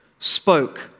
Spoke